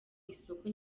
isoko